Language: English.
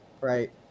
right